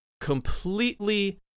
completely